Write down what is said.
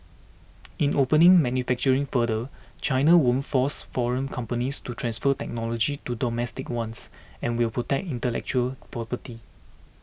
in opening manufacturing further China won't force foreign companies to transfer technology to domestic ones and will protect intellectual property